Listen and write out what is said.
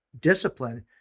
discipline